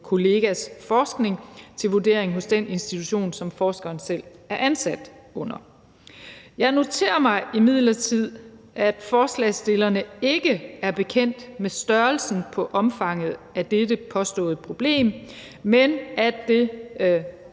kollegas forskning til vurdering hos den institution, som forskeren selv er ansat under. Jeg noterer mig imidlertid, at forslagsstillerne ikke er bekendt med omfanget af dette påståede problem, men at det